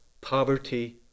poverty